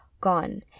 gone